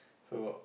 so